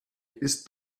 ist